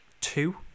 Two